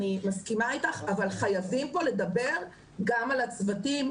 אני מסכימה איתך אבל חייבים פה לדבר גם על הצוותים,